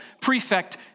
prefect